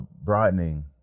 broadening